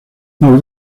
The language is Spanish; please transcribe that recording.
los